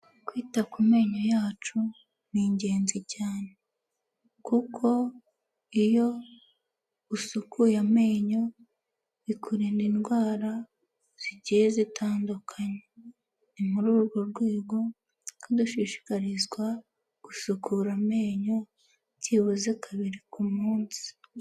Kwita ku menyo yacu ni ingenzi cyane, kuko iyo usukuye amenyo bikurinda indwara zigiye zitandukanye. Ni muri urwo rwego kandi dushishikarizwa gusukura amenyo byibuze kabiri ku munsi.